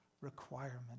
requirement